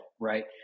right